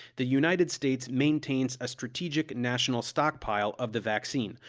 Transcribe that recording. the united states maintains a strategic national stockpile of the vaccine,